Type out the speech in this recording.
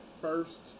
first